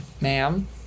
ma'am